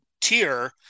Tier